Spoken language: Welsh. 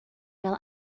fel